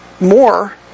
more